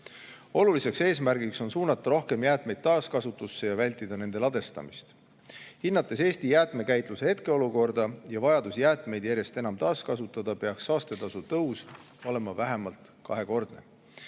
Oluline eesmärk on suunata rohkem jäätmeid taaskasutusse ja vältida nende ladestamist. Hinnates Eesti jäätmekäitluse hetkeolukorda ja vajadust jäätmeid järjest enam taaskasutada, peaks saastetasu tõus olema vähemalt kahekordne.